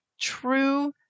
true